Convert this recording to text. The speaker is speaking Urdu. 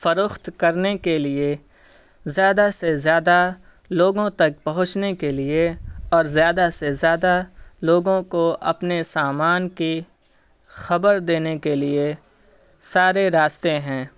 فروخت کرنے کے لیے زیادہ سے زیادہ لوگوں تک پہنچنے کے لیے اور زیادہ سے زیادہ لوگوں کو اپنے سامان کی خبر دینے کے لیے سارے راستے ہیں